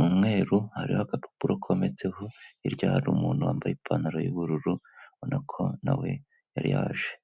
umweru hariho agapapurometseho, hirya hari umuntu wambaye ipantaro y'ubururu ubona ko nawe yari yaje.